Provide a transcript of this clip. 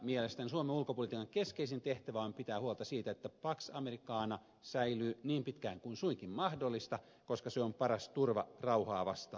mielestäni suomen ulkopolitiikan keskeisin tehtävä on pitää huolta siitä että pax americana säilyy niin pitkään kuin suinkin mahdollista koska se on paras turva rauhalle maailmalla